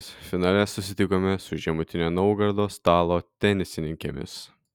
finale susitikome su žemutinio naugardo stalo tenisininkėmis